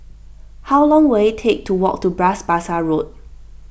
how long will it take to walk to Bras Basah Road